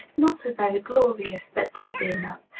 not so very glorious, but deadly enough,